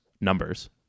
numbers